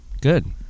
Good